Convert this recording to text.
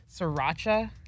sriracha